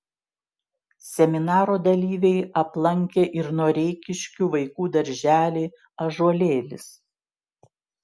seminaro dalyviai aplankė ir noreikiškių vaikų darželį ąžuolėlis